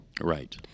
right